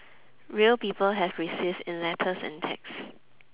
real people have received in letters and texts